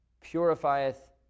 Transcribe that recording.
purifieth